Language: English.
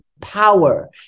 power